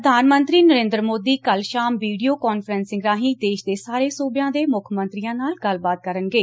ਪ੍ਧਾਨ ਮੰਤਰੀ ਨਰੇਂਦਰ ਮੋਦੀ ਕੱਲ਼ ਸ਼ਾਮ ਵੀਡੀਓ ਕਾਨਫਰੈਂਸਿੰਗ ਰਾਹੀਂ ਦੇਸ਼ ਦੇ ਸਾਰੇ ਸੁਬਿਆਂ ਦੇ ਮੁੱਖ ਮੰਤਰੀਆਂ ਨਾਲ ਗੱਲਬਾਤ ਕਰਨਗੇ